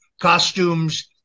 costumes